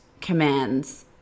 commands